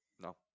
No